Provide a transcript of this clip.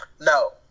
No